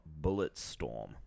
Bulletstorm